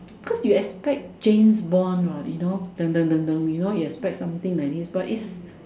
cause you expect James Bond what you know you know you expect something like this but is